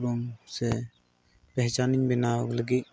ᱩᱯᱨᱩᱢ ᱥᱮ ᱯᱮᱦᱪᱟᱱ ᱤᱧ ᱵᱮᱱᱟᱣ ᱞᱟᱹᱜᱤᱫ